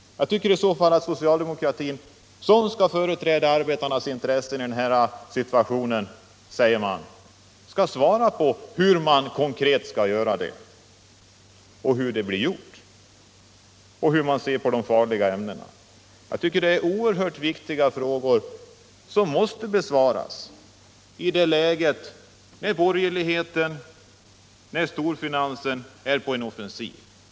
Jag tycker i så fall att socialdemokratin, som säger sig företräda arbetarnas intressen i denna situation, skall ge besked om hur detta arbete konkret skall utformas och hur man kommer att göra det, liksom även om hur man ser på de farliga ämnena i arbetslivet. Det är oerhört viktiga frågor, som måste besvaras i ett läge där borgerligheten och storfinansen är på offensiven.